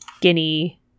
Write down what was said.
Guinea